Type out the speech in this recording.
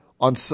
on